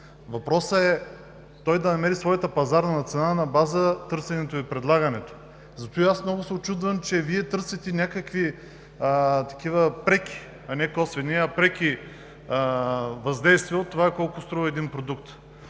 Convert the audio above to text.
Въпросът е той да намери своята пазарна цена на база търсенето и предлагането. Затова аз много се учудвам, че Вие търсите някакви преки, не косвени, а преки въздействия от това колко струва един продукт.